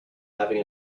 having